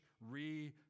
re-